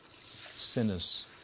sinners